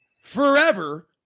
forever